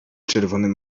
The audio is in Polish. czerwonym